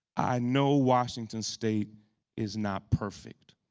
i know washington state is not perfect,